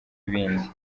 ibindi